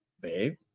Babe